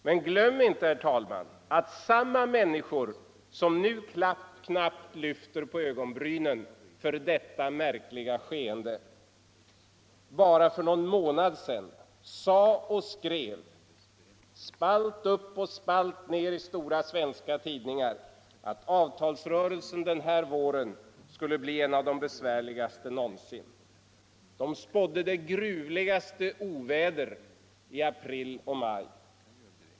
Men glöm inte, herr talman, att samma människor som nu knappt lyfter på ögonbrynen för detta märkliga skeende bara för en månad sedan sade — eller skrev spalt upp och spalt ned i stora svenska tidningar — att avtalsrörelsen den här våren skulle bli en av de besvärligaste någonsin. De spådde det gruvligaste oväder i april och maj.